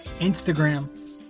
Instagram